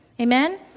Amen